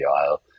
aisle